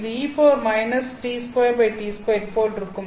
இது போல இருக்கும்